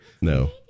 No